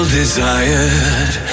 desired